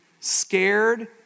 scared